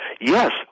yes